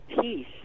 peace